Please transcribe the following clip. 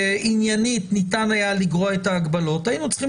שעניינית ניתן היה לגרוע את ההגבלות היינו צריכים